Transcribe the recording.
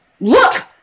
Look